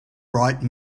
bright